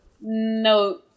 No